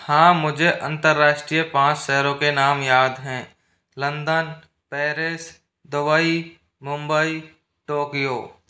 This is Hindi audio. हाँ मुझे अंतराष्ट्रीय पाँच शहरों के नाम याद हैं London Paris Dubai Mumbai Tokyo